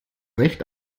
recht